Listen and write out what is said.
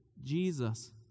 Jesus